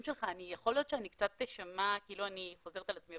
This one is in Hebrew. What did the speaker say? יכול להיות שאני קצת אשמע כאילו אני חוזרת על עצמי,